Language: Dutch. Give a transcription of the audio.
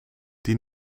die